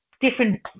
different